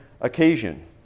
occasion